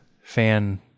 fan